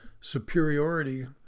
superiority